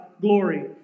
glory